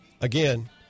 again